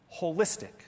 holistic